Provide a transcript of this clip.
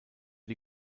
die